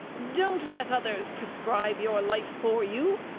don't let others prescribe your life for you.